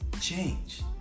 change